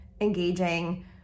engaging